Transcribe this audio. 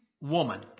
woman